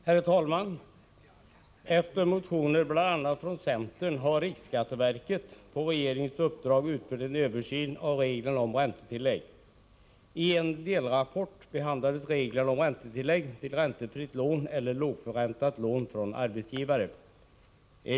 Herr talman! Efter motioner, bl.a. från centern, har riksskatteverket på regeringens uppdrag utfört en översyn av reglerna om räntetillägg. I en delrapport behandlas reglerna om räntetillägg för räntefritt eller lågförräntat lån från arbetsgivare.